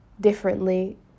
differently